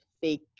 fake